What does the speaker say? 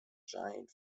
giant